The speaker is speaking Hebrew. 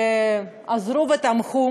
שעזרו ותמכו.